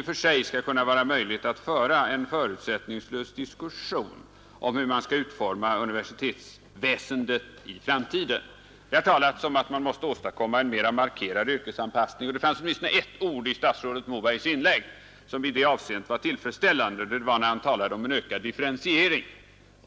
och för sig vara möjligt att föra en förutsättningslös diskussion om hur universitetsväsendet skall utformas i framtiden. Det har talats om att man måste åstadkomma en mera markerad yrkesanpassning, och det fanns åtminstone ett uttryck i statsrådet Mobergs inlägg som i det avseendet var tillfredsställande. Det var när han talade om en ökad differentiering.